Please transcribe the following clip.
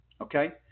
Okay